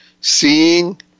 Seeing